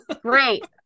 Great